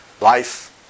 life